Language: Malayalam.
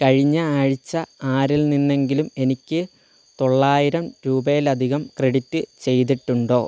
കഴിഞ്ഞ ആഴ്ച ആരിൽ നിന്നെങ്കിലും എനിക്ക് തൊള്ളായിരം രൂപയിലധികം ക്രെഡിറ്റ് ചെയ്തിട്ടുണ്ടോ